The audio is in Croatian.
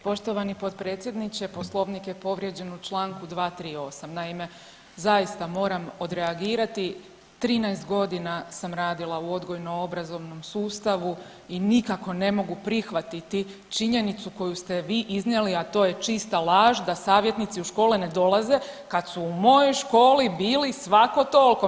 Poštovani potpredsjedniče, poslovnik je povrijeđen u čl. 238. naime, zaista moramo odreagirati 13 godina sam radila u odgojno-obrazovnom sustavu i nikako ne mogu prihvatiti činjenicu koju ste vi iznijeli, a to je čista laž da savjetnici u škole ne dolaze kad su u mojoj školi bilo svako tolko.